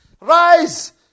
Rise